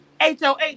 HOH